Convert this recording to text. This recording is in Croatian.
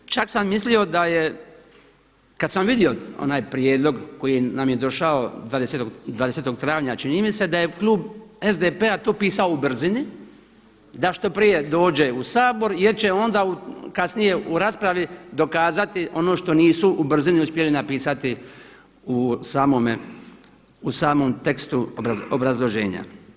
Čak sam mislio kada sam vidio onaj prijedlog koji nam je došao 20. travnja, čini mise, da je klub SDP-a to pisao u brizni da što prije dođe u Sabor jer će onda kasnije u raspravi dokazati ono što nisu u brzini uspjeli napisati u samom tekstu obrazloženja.